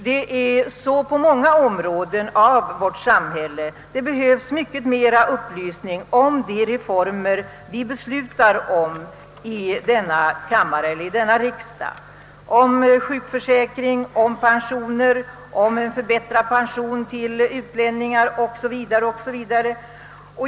Det är så på många områden i vårt samhälle, att det fordras bättre upplysning om de reformer vi beslutar om i denna riksdag: om sjukförsäkring, om pensioner för vårt lands egna medborgare, om en förbättrad pension till utlänningar o.s.v.